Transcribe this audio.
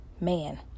man